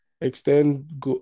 extend